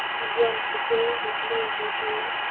and runs before with noisy joy?